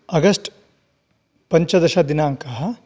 August पञ्चदशदिनाङ्कः